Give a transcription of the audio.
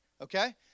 okay